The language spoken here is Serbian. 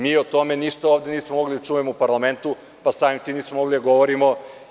Mi o tome ništa ovde nismo mogli da čujemo u parlamentu, pa samim tim nismo mogli da govorimo.